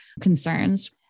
concerns